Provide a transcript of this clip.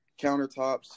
countertops